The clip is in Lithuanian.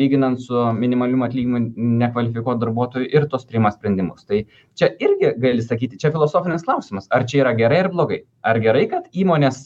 lyginant su minimaliu atlyginimu nekvalifikuoto darbuotojo ir tuos priima sprendimus tai čia irgi gali sakyti čia filosofinis klausimas ar čia yra gerai ar blogai ar gerai kad įmonės